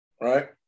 Right